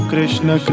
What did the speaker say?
Krishna